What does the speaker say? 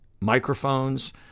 microphones